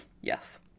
Yes